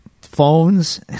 phones